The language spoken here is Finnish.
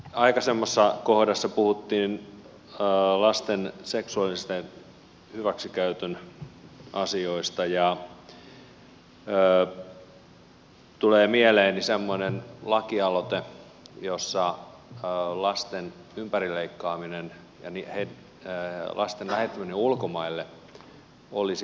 aikaisemmassa kohdassa puhuttiin lasten seksuaalisen hyväksikäytön asioista ja tulee mieleeni semmoinen lakialoite jossa lasten ympärileikkaaminen ja lasten lähettäminen ulkomaille olisi kriminalisoitava